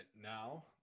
now